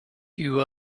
you